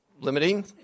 limiting